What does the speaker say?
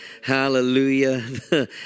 hallelujah